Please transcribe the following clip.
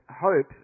hope